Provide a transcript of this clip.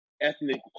ethnic